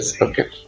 Okay